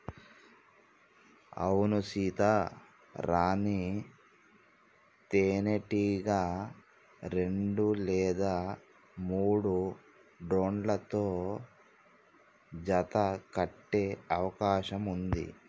అవునా సీత, రాణీ తేనెటీగ రెండు లేదా మూడు డ్రోన్లతో జత కట్టె అవకాశం ఉంది